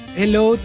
hello